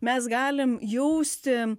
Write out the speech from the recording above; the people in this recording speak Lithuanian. mes galim jausti